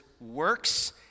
works